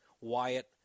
Wyatt